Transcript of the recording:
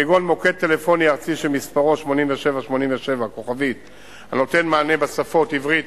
כגון מוקד טלפוני ארצי שמספרו 8787* הנותן מענה בשפות עברית,